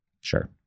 sure